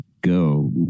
go